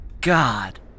God